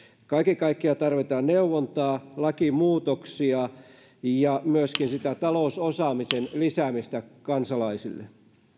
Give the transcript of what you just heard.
kaiken kaikkiaan tarvitaan neuvontaa lakimuutoksia ja myöskin talousosaamisen lisäämistä kansalaisille